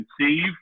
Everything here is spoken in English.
conceive